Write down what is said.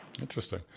Interesting